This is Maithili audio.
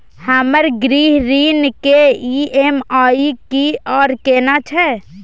हमर गृह ऋण के ई.एम.आई की आर केना छै?